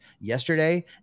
yesterday